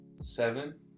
seven